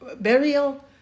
burial